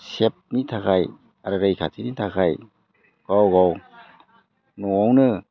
सेफनि थाखाय आरो रैखाथिनि थाखाय गाव गाव न'आवनो